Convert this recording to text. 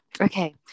Okay